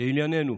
לענייננו,